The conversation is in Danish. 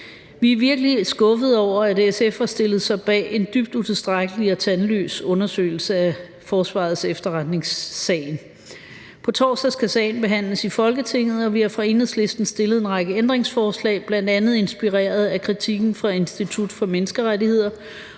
Vi er virkelig skuffede over, at SF har stillet sig bag en dybt utilstrækkelig og tandløs undersøgelse af sagen om Forsvarets Efterretningstjeneste. På torsdag skal sagen behandles i Folketinget, og vi har fra Enhedslistens side stillet en række ændringsforslag, bl.a. inspireret af kritikken fra Institut for Menneskerettigheder,